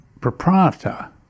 proprietor